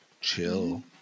chill